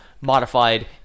modified